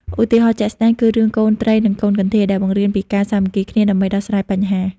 ឧទាហរណ៍ជាក់ស្ដែងគឺរឿង កូនត្រី និងកូនកន្ធាយ ដែលបង្រៀនពីការសាមគ្គីគ្នាដើម្បីដោះស្រាយបញ្ហា។